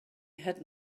had